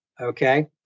Okay